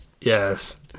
Yes